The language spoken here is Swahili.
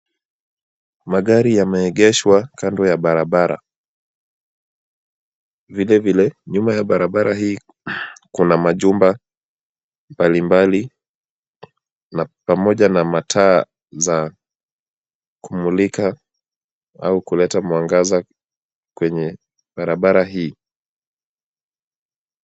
Magari yameegeshwa kando ya barabara. Vilevile nyuma ya barabara hii kuna majumba mbalimbali pamoja na mataa za kumulika au kuleta mwangaza kwenye barabara hii.